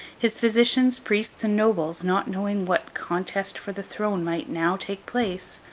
his physicians, priests, and nobles, not knowing what contest for the throne might now take place,